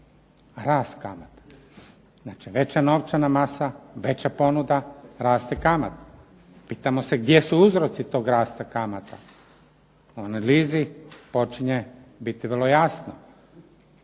rast kamata. Znači veća novčana masa, veća ponuda, raste kamata. Pitamo se gdje su uzroci tog rasta kamata. U analizi počinje biti vrlo jasno.